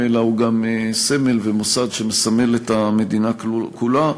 אלא הוא גם סמל ומוסד שמסמל את המדינה כולה,